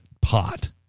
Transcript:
pot